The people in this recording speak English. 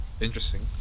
Interesting